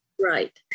right